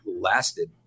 lasted